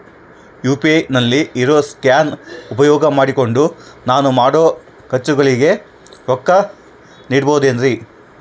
UPI ನಲ್ಲಿ ಇರೋ scan ಉಪಯೋಗ ಮಾಡಿಕೊಂಡು ನಾನು ಮಾಡೋ ಖರ್ಚುಗಳಿಗೆ ರೊಕ್ಕ ನೇಡಬಹುದೇನ್ರಿ?